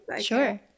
sure